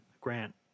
Grant